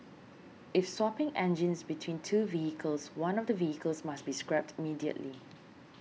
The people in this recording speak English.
if swapping engines between two vehicles one of the vehicles must be scrapped immediately